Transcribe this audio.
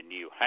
New